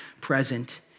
present